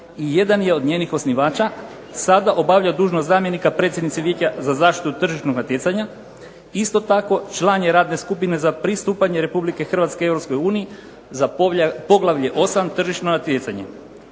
i jedan je od njenih osnivača sada obavlja dužnost zamjenika predsjednice Vijeća za zaštitu tržišnog natjecanja. Isto tako, član je Radne skupine za pristupanje Republike Hrvatske Europskoj uniji za poglavlje 8. tržišno natjecanje.